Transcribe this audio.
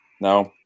No